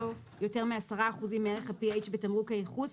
יותר מעשרה אחוזים מערך ה-PH בתמרוק הייחוס,